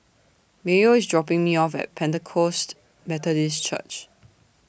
Mayo IS dropping Me off At Pentecost Methodist Church